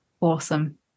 Awesome